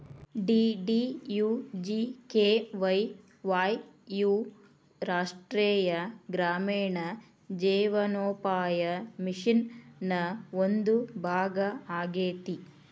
DDUGKY Y U ರಾಷ್ಟ್ರೇಯ ಗ್ರಾಮೇಣ ಜೇವನೋಪಾಯ ಮಿಷನ್ ನ ಒಂದು ಭಾಗ ಆಗೇತಿ